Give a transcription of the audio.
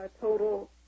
total